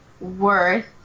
worth